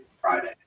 Friday